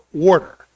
order